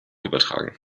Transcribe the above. übertragen